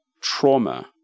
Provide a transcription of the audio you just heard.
trauma